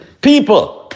People